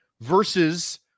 versus